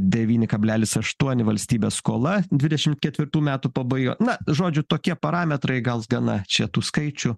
devyni kablelis aštuoni valstybės skola dvidešim ketvirtų metų pabaiga na žodžiu tokie parametrai gal gana čia tų skaičių